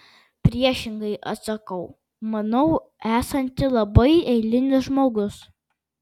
priešingai atsakau manau esanti labai eilinis žmogus